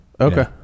Okay